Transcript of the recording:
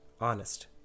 honest